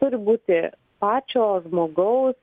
turi būti pačio žmogaus